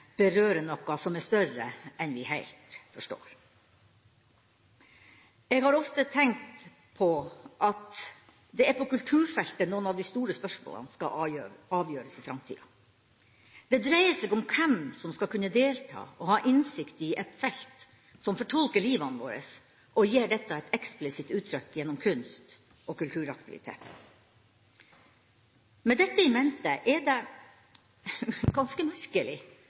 noe som er større enn vi heilt forstår. Jeg har ofte tenkt på at det er på kulturfeltet noen av de store spørsmålene skal avgjøres i framtida. Det dreier seg om hvem som skal kunne delta og ha innsikt i et felt som fortolker våre liv og gir dette et eksplisitt uttrykk gjennom kunst og kulturaktiviteter. Med dette i mente er det ganske merkelig